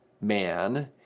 man